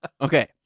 Okay